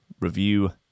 Review